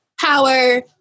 power